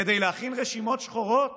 כדי להכין רשימות שחורות